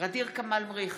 ע'דיר כמאל מריח,